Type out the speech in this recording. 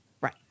Right